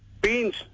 Beans